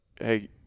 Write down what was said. hey